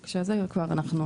כבר אנחנו .